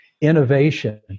innovation